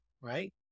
right